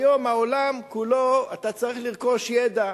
היום העולם כולו, אתה צריך לרכוש ידע,